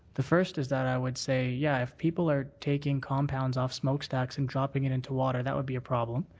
the first is that i would say yeah, if people are taking compound off smokestacks and dropping is and into water, that would be a problem.